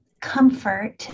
comfort